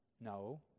No